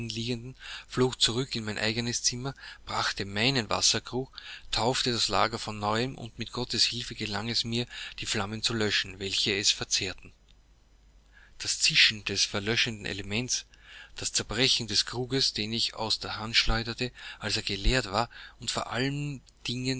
flog zurück in mein eigenes zimmer brachte meinen wasserkrug taufte das lager von neuem und mit gottes hilfe gelang es mir die flammen zu löschen welche es verzehrten das zischen des verlöschenden elements das zerbrechen des kruges den ich aus der hand schleuderte als er geleert war und vor allen dingen